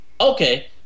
Okay